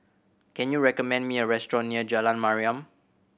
can you recommend me a restaurant near Jalan Mariam